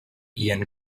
ian